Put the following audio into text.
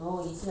ah